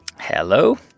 Hello